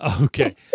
Okay